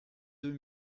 deux